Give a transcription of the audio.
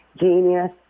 genius